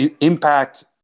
impact